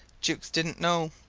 jukes didnt know.